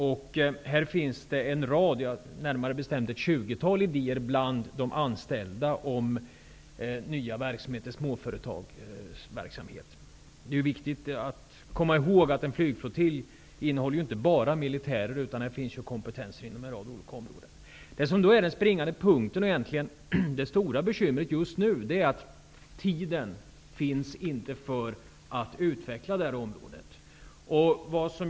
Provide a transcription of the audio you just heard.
Det finns en rad idéer, närmare bestämt ett tjugotal, bland de anställda om ny småföretagsverksamhet. Det är viktigt att komma ihåg att en flygflottilj inte bara innehåller militärer, utan att det finns kompetenser inom en rad olika områden. Den springande punkten och det stora bekymret just nu är att tiden för att utveckla detta område inte finns.